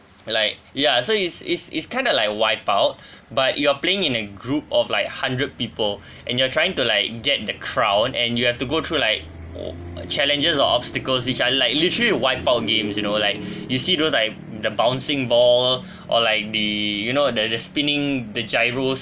like ya so is is is kind of like wipeout but you are playing in a group of like hundred people and you're trying to like get the crown and you have to go through like o~ challenges or obstacles which are like literally wipeout games you know like you see those like the bouncing ball or like the you know the the spinning the gyros